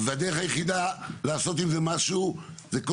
והדרך היחידה לעשות עם זה משהו היא כל